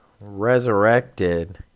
resurrected